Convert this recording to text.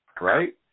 Right